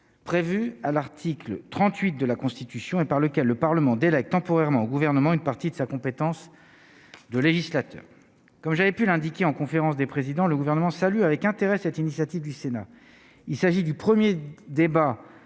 prévue à l'article 38 de la Constitution et par lequel le Parlement délègue temporairement au gouvernement une partie de sa compétence de législateur, comme j'avais pu l'indiquer en conférence des présidents, le gouvernement salue avec intérêt cette initiative du Sénat, il s'agit du 1er débat